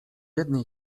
jednej